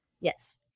Yes